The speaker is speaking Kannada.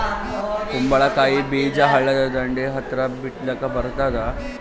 ಕುಂಬಳಕಾಯಿ ಬೀಜ ಹಳ್ಳದ ದಂಡಿ ಹತ್ರಾ ಬಿತ್ಲಿಕ ಬರತಾದ?